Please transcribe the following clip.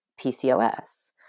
PCOS